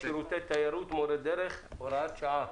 שירותי תיירות (מורי דרך) (הוראת שעה).